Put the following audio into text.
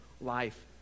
life